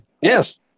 yes